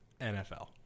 NFL